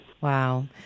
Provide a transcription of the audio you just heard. Wow